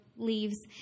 leaves